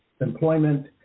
employment